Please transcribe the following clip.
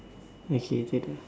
okay